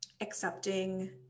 accepting